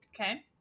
Okay